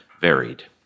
varied